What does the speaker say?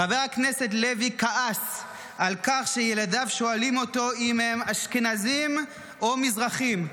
חבר הכנסת לוי כעס על כך שילדיו שואלים אותו אם הם אשכנזים או מזרחיים,